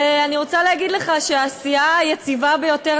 ואני רוצה להגיד לך שהסיעה היציבה ביותר,